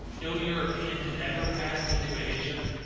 no european had ever passed into asia,